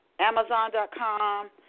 Amazon.com